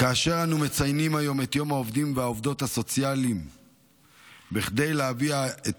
כאשר אנו מציינים היום את יום העובדים והעובדות הסוציאליים כדי להביע את